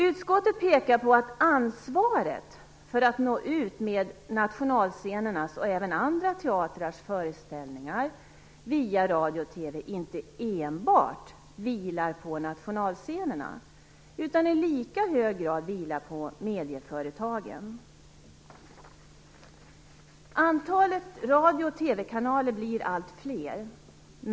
Utskottet pekar på att ansvaret för att nå ut med nationalscenernas och andra teatrars föreställningar via radio och TV inte enbart vilar på nationalscenerna, utan i lika hög grad på medieföretagen. Antalet radio och TV-kanaler blir allt större.